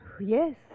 Yes